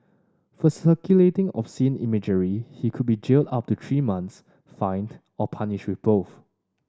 for circulating obscene imagery he could be jailed up to three months fined or punished with both